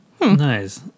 Nice